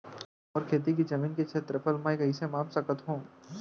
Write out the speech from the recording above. मोर खेती के जमीन के क्षेत्रफल मैं कइसे माप सकत हो?